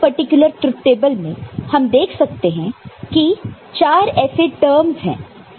इस particular truth table में हम देख सकते हैं कि 4 ऐसे टर्मस है